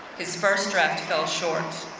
his first draft fell short,